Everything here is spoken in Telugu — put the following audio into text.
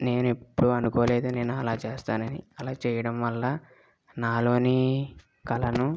నేను ఎప్పుడూ అనుకోలేదు నేను అలా చేస్తాను అని అలా చేయడం వల్ల నాలోని కళను